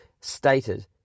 stated